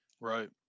right